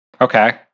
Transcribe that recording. Okay